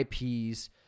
IPs